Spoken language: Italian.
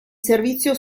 servizio